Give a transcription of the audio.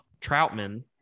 troutman